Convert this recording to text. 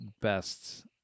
best